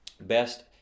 Best